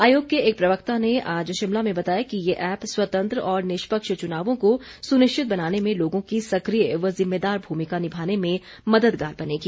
आयोग के एक प्रवक्ता ने आज शिमला में बताया कि ये ऐप्प स्वतंत्र और निष्पक्ष चुनावों को सुनिश्चित बनाने में लोगों की सक्रिय व जिम्मेदार भूमिका निभाने में मददगार बनेगी